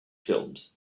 films